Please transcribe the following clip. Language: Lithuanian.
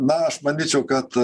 na aš manyčiau kad